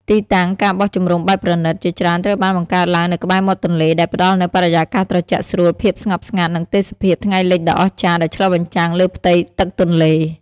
ទីតាំង ការបោះជំរំបែបប្រណីត ជាច្រើនត្រូវបានបង្កើតឡើងនៅក្បែរមាត់ទន្លេ ដែលផ្តល់នូវបរិយាកាសត្រជាក់ស្រួល ភាពស្ងប់ស្ងាត់ និងទេសភាពថ្ងៃលិចដ៏អស្ចារ្យ ដែលឆ្លុះបញ្ចាំងលើផ្ទៃទឹកទន្លេ។